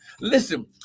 Listen